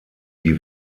die